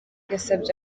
yasabye